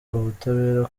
ubutabera